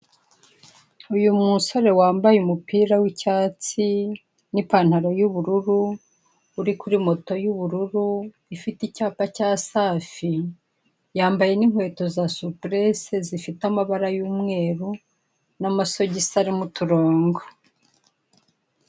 Uyu musore wambaye umupira w'icyatsi n'ipantaro y'ubururu uri kuri moto y'ubururu ifite icyapa cya safi, yambaye n'inkweto za supuresi zifite amabara y'umweru n'amasogisi arimo uturongo.